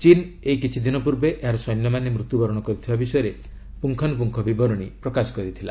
ଚୀନ୍ ଏଇ କିଛିଦିନ ପୂର୍ବେ ଏହାର ସୈନ୍ୟମାନେ ମୃତ୍ୟୁବରଣ କରିଥିବା ବିଷୟରେ ପୁଙ୍ଗାନୁପୁଙ୍ଗ ବିବରଣୀ ପ୍ରକାଶ କରିଥିଲା